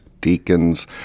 deacons